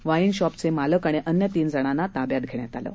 wine shop चे मालक आणि अन्य तीन जणना ताब्यात घेण्यात आले आहे